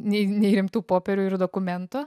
nei nei rimtų popierių ir dokumentų